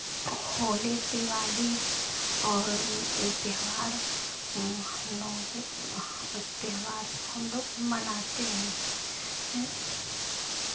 होली दिवाली और ये त्योहार हमलोगों के त्योहार को हमलोग मनाते हैं